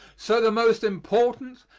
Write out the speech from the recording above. so the most important,